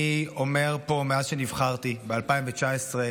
אני אומר פה מאז שנבחרתי ב-2019,